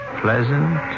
pleasant